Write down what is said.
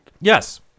yes